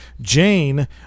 Jane